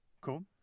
Cool